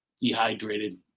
dehydrated